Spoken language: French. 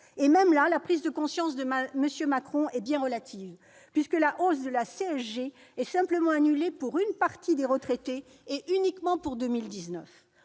; et la prise de conscience de M. Macron est restée bien relative, puisque la hausse de la CSG est simplement annulée pour une partie des retraités, et uniquement pour 2019